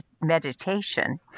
Meditation